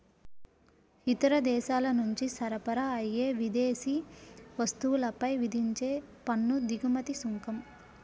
ఇతర దేశాల నుంచి సరఫరా అయ్యే విదేశీ వస్తువులపై విధించే పన్ను దిగుమతి సుంకం